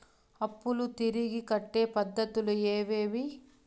అప్పులు తిరిగి కట్టే పద్ధతులు ఏవేవి